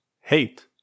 Hate